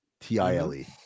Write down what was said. T-I-L-E